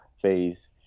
phase